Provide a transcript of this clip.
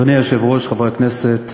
אדוני היושב-ראש, חברי הכנסת,